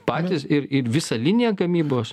patys ir ir visą liniją gamybos